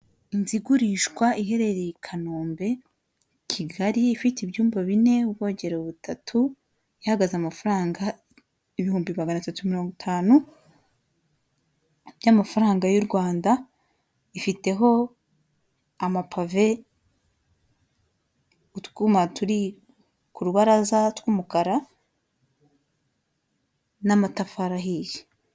Inzu igurishwa iherereye i Kanombe-Kigali; ifite ibyumba bine, ubwogero butatu, ihagaze amafaranga ibihumbi mirongo itanu; by'amafaranga y'u Rwanda, ifiteho amapave, utwuma turi ku rubaraza tw'umukara, n'amatafari ahiye.